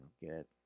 get